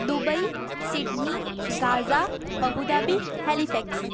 Dubai Sydney Gaza Abu Dhabi Halifax